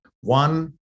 One